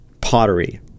pottery